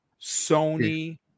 Sony